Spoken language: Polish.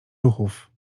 ruchów